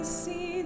see